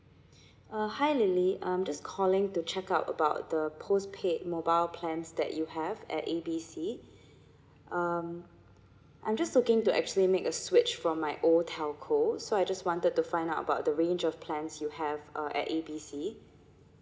uh hi lily I'm just calling to check out about the postpaid mobile plans that you have at A B C um I'm just looking to actually make a switch from my old telco so I just wanted to find out about the range of plans you have uh at A B C